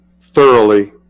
thoroughly